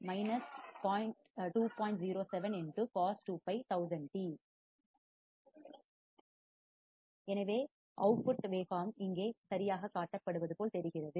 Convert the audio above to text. எனவே வெளியீட்டு அவுட்புட் அலைவடிவங்கள் வேவ் பார்ம் இங்கே சரியாகக் காட்டப்படுவது போல் தெரிகிறது